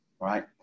right